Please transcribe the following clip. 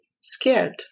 scared